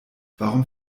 warum